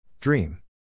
Dream